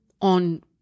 on